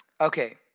Okay